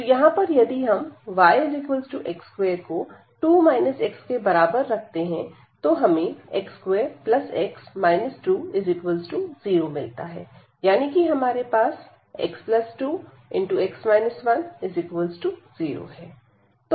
तो यहां पर यदि हम yx2 को 2 x के बराबर रखते हैं तो हमें x2x 20 मिलता है यानी कि हमारे पास x2 0 है